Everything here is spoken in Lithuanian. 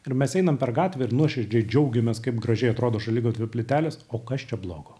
ir mes einam per gatvę ir nuoširdžiai džiaugiamės kaip gražiai atrodo šaligatvio plytelės o kas čia blogo